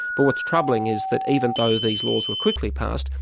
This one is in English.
but what's troubling is that, even though these laws were quickly passed,